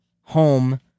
home